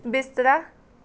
ਬਿਸਤਰਾ